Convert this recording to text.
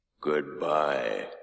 Goodbye